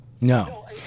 No